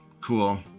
Cool